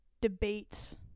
debates